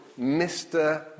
Mr